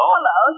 Hello